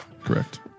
Correct